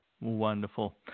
Wonderful